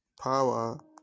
power